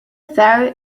ferry